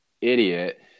idiot